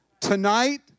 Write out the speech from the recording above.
tonight